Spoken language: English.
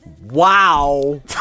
Wow